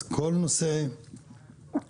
אז כל נושא העבריינות,